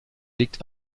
liegt